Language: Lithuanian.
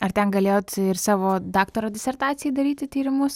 ar ten galėjot ir savo daktaro disertacijai daryti tyrimus